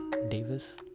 Davis